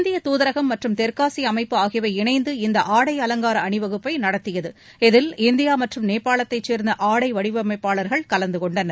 இந்திய தூதரகம் மற்றும் தெற்காசிய அமைப்பு ஆகியவை இணைந்து இந்த ஆடை அலங்கார அணிவகுப்பை நடத்தியது இதில் இந்தியா மற்றும் நேபாளத்தைச் சேர்ந்த ஆடை வடிவமைப்பாளர்கள் கலந்துகொண்டனர்